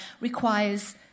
requires